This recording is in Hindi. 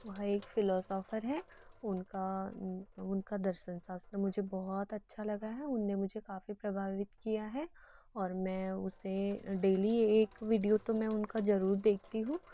वह एक फ़िलॉसोफर है उनका उनका दर्शनशास्त्र मुझे बहुत अच्छा लगा है उन्होंने मुझे काफ़ी प्रभावित किया है और मैं उसे डेली एक विडियो तो मैं उनका ज़रूर देखती हूँ